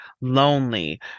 lonely